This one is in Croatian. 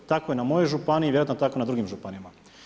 Tako je na mojoj županiji, a vjerojatno je tako i na drugim županijama.